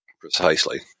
Precisely